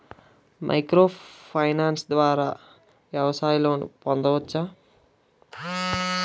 Micro finance ద్వారా వ్యవసాయ loan పొందవచ్చా?